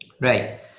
right